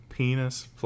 Penis